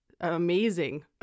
amazing